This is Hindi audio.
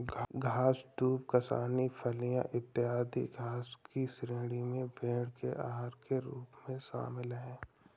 घास, दूब, कासनी, फलियाँ, इत्यादि घास की श्रेणी में भेंड़ के आहार के रूप में शामिल है